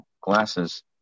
glasses